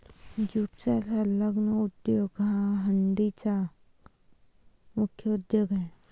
ज्यूटचा संलग्न उद्योग हा डंडीचा मुख्य उद्योग आहे